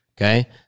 okay